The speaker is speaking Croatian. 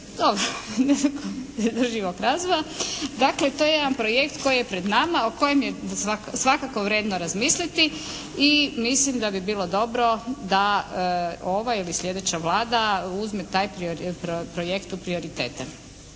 Dobro, izdrživog razvoja. Dakle, to je jedan projekt koji je pred nama o kojem je svakako vrijedno razmisliti i mislim da bi bilo dobro da ova ili slijedeća Vlada uzme taj projekt u prioritete.